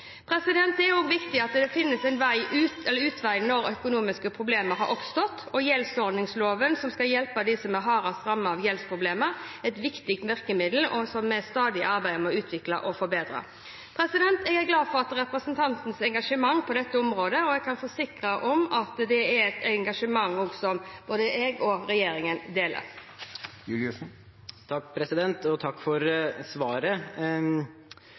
Det er også viktig at det finnes en utvei når økonomiske problemer har oppstått. Gjeldsordningsloven, som skal hjelpe dem som er hardest rammet av gjeldsproblemer, er et viktig virkemiddel som vi stadig arbeider med å utvikle og forbedre. Jeg er glad for representantens engasjement på dette området og kan forsikre om at det er et engasjement som både jeg og regjeringen deler. Takk for svaret. I forbindelse med behandlingen av statsbudsjettet for ett år siden uttrykte både Arbeiderpartiet og Kristelig Folkeparti en spesiell bekymring for